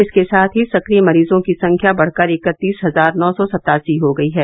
इसके साथ ही सक्रिय मरीजों की संख्या बढ़कर इकत्तीस हजार नौ सौ सत्तासी हो गयी है